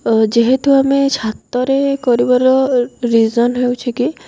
ଯେହେତୁ ଆମେ ଛାତରେ କରିବାର ରିଜନ୍ ହେଉଛି କି